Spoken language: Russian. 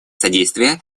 содействие